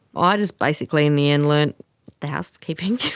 ah i just basically in the end learnt the housekeeping